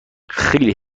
خیلی